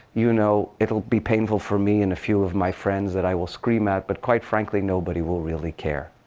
you know it'll be painful for me and a few of my friends that i will scream at. but quite, frankly nobody will really care.